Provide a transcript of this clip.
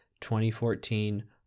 2014